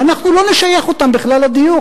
ואנחנו לא נשייך אותם בכלל לדיור.